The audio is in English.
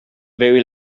very